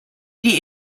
die